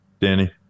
danny